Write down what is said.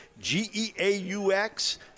G-E-A-U-X